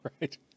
Right